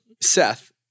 Seth